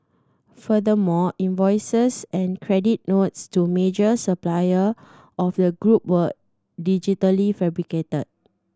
furthermore invoices and credit notes to a major supplier of the group were digitally fabricated